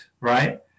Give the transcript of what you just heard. right